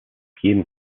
jeden